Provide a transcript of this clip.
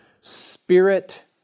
spirit